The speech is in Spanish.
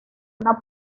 una